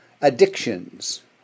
addictions